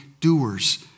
doers